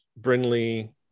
Brinley